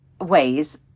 ways